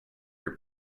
your